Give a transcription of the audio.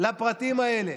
לפרטים האלה,